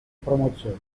promozione